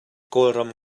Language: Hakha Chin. kawlram